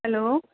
hello